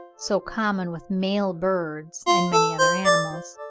so common with male birds and many other animals.